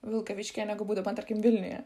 vilkaviškyje negu būdama tarkim vilniuje